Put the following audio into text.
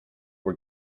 were